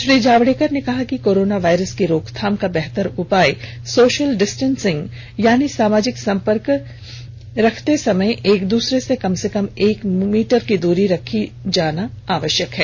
श्री जावडेकर ने कहा कि कोरोना वायरस की रोकथाम का बेहतर उपाय सोशल डिस्टेंसिंग यानी सामाजिक संपर्क रखते समय एक दूसरे से कम से कम एक मीटर की दूरी बनाए रखना है